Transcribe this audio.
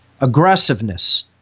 Aggressiveness